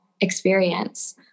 experience